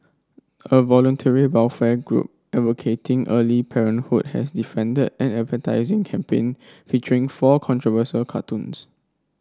a voluntary welfare group advocating early parenthood has defended an advertising campaign featuring four controversial cartoons